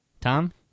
Tom